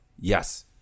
yes